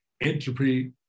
entropy